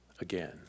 again